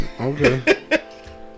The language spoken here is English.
Okay